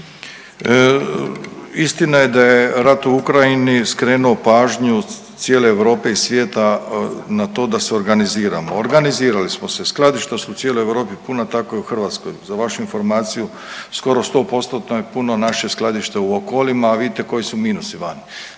Istina je da je rat u Ukrajini skrenuo pažnju cijele Europe i svijeta na to da se organiziramo. Organizirali smo se, skladišta su u cijeloj Europi puna, tako i u Hrvatskoj. Za vašu informaciju skoro 100%-tno je puno naše skladište u Okolima a vidite koji su minusi vani.